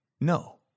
no